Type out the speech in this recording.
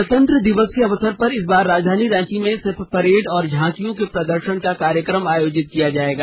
गणतंत्र दिवस के अवसर पर इस बार राजधानी रांची में सिर्फ परेड और झांकियों के प्रदर्शन का कार्यक्रम आयोजित किया जायेगा